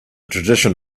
tradition